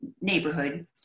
neighborhood